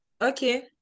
Okay